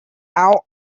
out